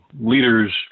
Leaders